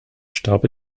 starb